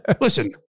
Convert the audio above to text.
listen